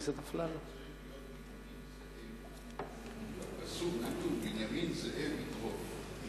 בפסוק כתוב: "בנימין זאב יטרף".